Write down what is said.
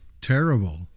terrible